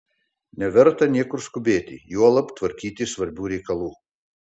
neverta niekur skubėti juolab tvarkyti svarbių reikalų